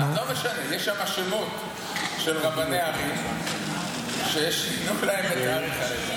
לא משנה: יש שם שמות של רבני ערים ששינו להם את תאריך הלידה.